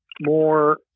more